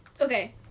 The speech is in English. Okay